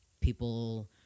people